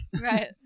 Right